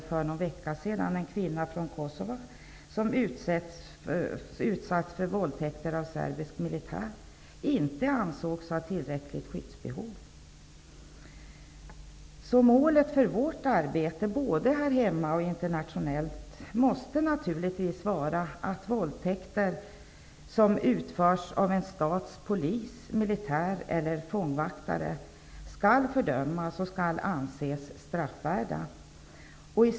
För någon vecka sedan ansågs en kvinna från Kosova som utsatts för våldtäkter av serbisk militär inte ha tillräckligt skyddsbehov. Målet för vårt arbete både här hemma och internationellt måste naturligtvis vara att våldtäkter som utförs av en stats polis, militär eller fångvaktare skall fördömas och anses straffvärda.